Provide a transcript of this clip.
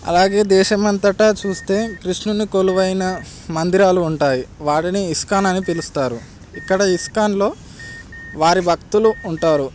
అలాగే దేశం అంతటా చూస్తే కృష్ణుని కొలువైన మందిరాలు ఉంటాయి వాటిని ఇస్కాన్ అని పిలుస్తారు ఇక్కడ ఇస్కాన్లో వారి భక్తులు ఉంటారు